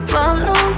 Follow